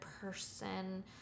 person